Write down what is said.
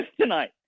tonight